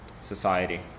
Society